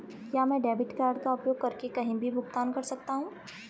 क्या मैं debit card का उपयोग करके कहीं भी भुगतान कर सकता हूं?